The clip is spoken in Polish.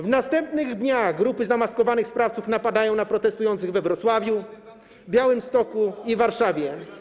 W następnych dniach grupy zamaskowanych sprawców napadają na protestujących we Wrocławiu, w Białymstoku i Warszawie.